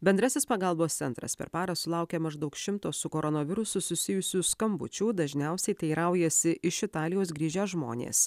bendrasis pagalbos centras per parą sulaukė maždaug šimto su koronavirusu susijusių skambučių dažniausiai teiraujasi iš italijos grįžę žmonės